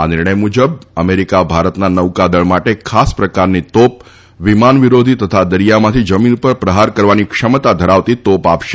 આ નિર્ણય મુજબ અમેરિકા ભારતના નૌકાદળ માટે ખાસ પ્રકારની તોપ વિમાન વિરોધી તથા દરીયામાંથી જમીન ઉપર પ્રહાર કરવાની ક્ષમતા ધરાવતી તોપ આપશે